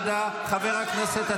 חיזבאללה.